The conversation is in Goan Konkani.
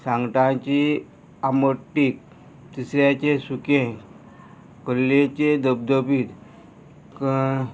सांगटाची आमोटीक तिसऱ्याचे सुकें कल्लेचे धबधबी